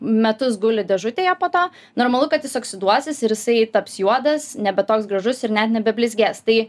metus guli dėžutėje po to normalu kad jis oksiduosis ir jisai taps juodas nebe toks gražus ir net nebeblizgės tai